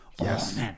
Yes